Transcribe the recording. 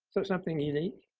so something unique?